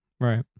Right